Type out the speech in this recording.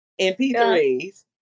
MP3s